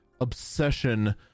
obsession